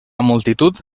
multitud